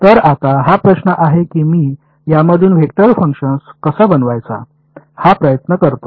तर आता हा प्रश्न आहे की मी यामधून वेक्टर फंक्शन्स कसा बनवायचा हा प्रयत्न करतो